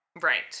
Right